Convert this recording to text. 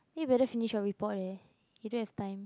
you had better finish your report leh you don't have time